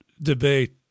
debate